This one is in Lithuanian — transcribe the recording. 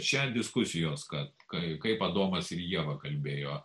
čia diskusijos kad kaip adomas ir ieva kalbėjo